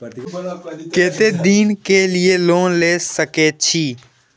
केते दिन के लिए लोन ले सके छिए?